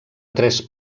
tres